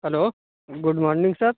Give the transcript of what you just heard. hello good morning sir